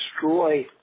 destroy